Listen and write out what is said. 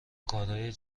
کارهای